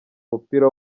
umupira